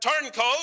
turncoat